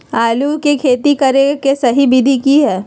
आलू के खेती करें के सही विधि की हय?